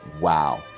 Wow